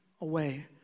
away